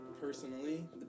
personally